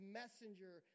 messenger